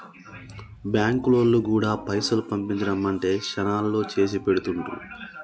బాంకులోల్లు గూడా పైసలు పంపించుమంటే శనాల్లో చేసిపెడుతుండ్రు